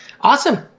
Awesome